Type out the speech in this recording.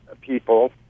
people